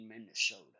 Minnesota